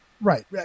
Right